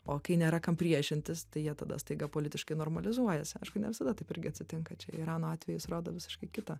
o kai nėra kam priešintis tai jie tada staiga politiškai normalizuojasi aišku ne visada taip irgi atsitinka čia irano atvejis rodo visiškai kita